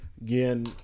Again